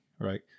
right